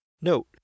Note